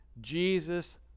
Jesus